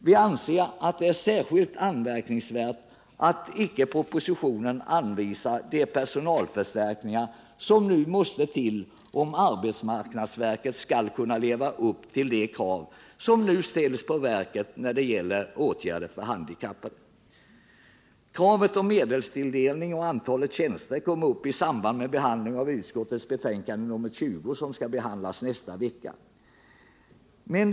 Vi anser det särskilt anmärkningsvärt att det icke i propositionen anvisas sådana personalförstärkningar som måste till, om arbetsmarknadsverket skall kunna leva upp till de krav som nu ställs på verket när det gäller åtgärder för handikappade. Kravet på medelstilldelning och antalet tjänster kommer upp i samband med behandlingen av det betänkande från arbetsmarknadsutskottet som skall behandlas i nästa vecka.